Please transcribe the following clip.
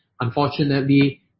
Unfortunately